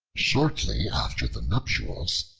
shortly after the nuptials,